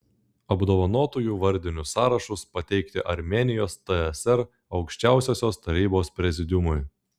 apdovanotųjų vardinius sąrašus pateikti armėnijos tsr aukščiausiosios tarybos prezidiumui